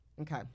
Okay